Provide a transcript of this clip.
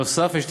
נוסף לזה,